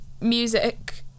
music